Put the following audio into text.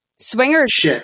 Swingers